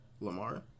Lamar